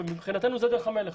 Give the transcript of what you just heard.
ומבחינתנו זה דרך המלך.